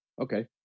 okay